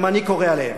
גם אני קורא עליהם.